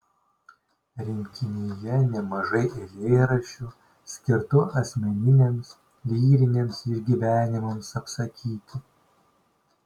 rinkinyje nemažai eilėraščių skirtų asmeniniams lyriniams išgyvenimams apsakyti